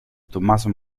tommaso